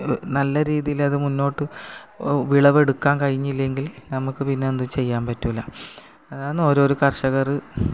നല്ല രീതിയിൽ അത് മുന്നോട്ട് വിളവെടുക്കാൻ കഴിഞ്ഞില്ലെങ്കിൽ നമുക്ക് പിന്നെ എന്ത് ചെയ്യാൻ പറ്റില്ല അതാണ് ഓരോരോ കർഷകർ